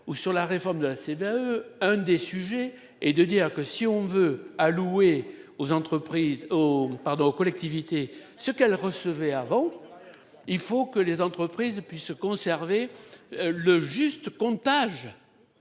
ou sur la réforme de la CVAE, un des sujets et de dire que si on veut allouer aux entreprises oh pardon aux collectivités. Ce qu'elle recevait avant. Il faut que les entreprises puissent conserver. Le juste comptage.